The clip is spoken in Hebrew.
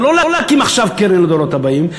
זה לא להקים עכשיו קרן לדורות הבאים,